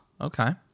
Okay